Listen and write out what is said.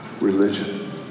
religion